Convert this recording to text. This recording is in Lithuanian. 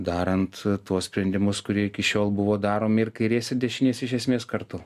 darant tuos sprendimus kurie iki šiol buvo daromi ir kairės ir dešinės iš esmės kartu